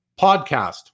podcast